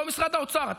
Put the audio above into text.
לא משרד האוצר,